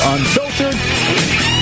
Unfiltered